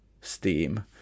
Steam